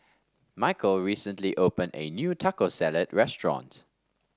Micheal recently opened a new Taco Salad restaurant